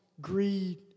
greed